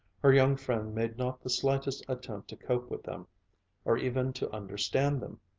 her young friend made not the slightest attempt to cope with them or even to understand them.